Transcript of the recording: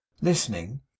listening